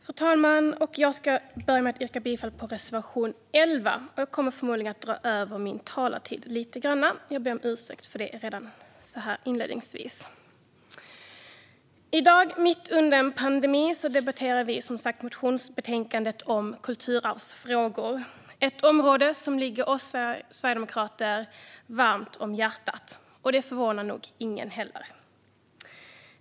Fru talman! Jag yrkar bifall till reservation 11. Jag kommer förmodligen att dra över min talartid lite grann och ber om ursäkt för det redan inledningsvis. I dag, mitt under en pandemi, debatterar vi motionsbetänkandet om kulturarvsfrågor. Det är ett område som ligger oss sverigedemokrater varmt om hjärtat, och det förvånar nog ingen heller.